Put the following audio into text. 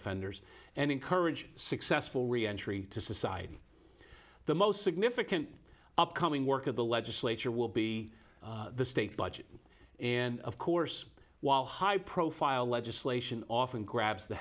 offenders and encourage successful re entry to society the most significant upcoming work of the legislature will be the state budget and of course while high profile legislation often grabs the